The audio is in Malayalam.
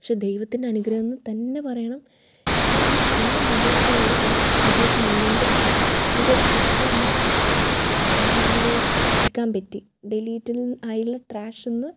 പക്ഷേ ദൈവത്തിൻ്റെ അനുഗ്രഹം എന്ന് തന്നെ പറയണം ഈ എൻ്റെ മൊബൈൽ ഫോണിൽ ഒരു ആപ്ലിക്കേഷൻ ഉള്ളത് കൊണ്ട് തന്നെ എനിക്ക് അത് പെട്ടെന്ന് ഗ്യാലറിയിലോട്ട് എടുക്കാൻ പറ്റി ഡെലീറ്റ് ആയുള്ള ത്രാഷിൽ നിന്ന്